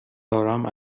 دارم